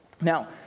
Now